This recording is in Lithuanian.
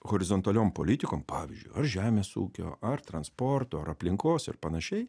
horizontaliom politikom pavyzdžiui ar žemės ūkio ar transporto ar aplinkos ir panašiai